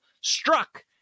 struck